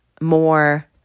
more